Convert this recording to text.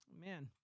man